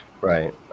right